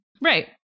Right